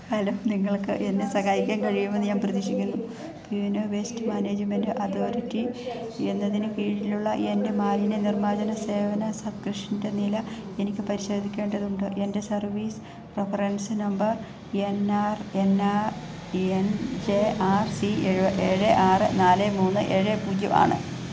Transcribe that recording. hello നിങ്ങൾക്കെന്നെ സഹായിക്കാൻ കഴിയുമെന്ന് ഞാൻ പ്രതീക്ഷിക്കുന്നു യൂനോ വേസ്റ്റ് മാനേജ്മെൻറ്റ് അതോറിറ്റി എന്നതിന് കീഴിലുള്ള എൻ്റെ മാലിന്യനിർമ്മാർജന സേവന സബ്സ്ക്രിപ്ഷന്റെ നില എനിക്ക് പരിശോധിക്കേണ്ടതുണ്ട് എൻ്റെ service reference number N R N R N J R C ഏഴ് ആറ് നാല് മൂന്ന് ഏഴ് പൂജ്യമാണ്